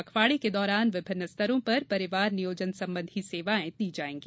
पखवाड़े के दौरान विभिन्न स्तरों पर परिवार नियोजन संबंधी सेवाएँ दी जायेंगी